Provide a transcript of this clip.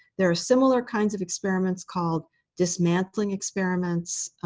there are similar kinds of experiments called dismantling experiments,